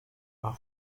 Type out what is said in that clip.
are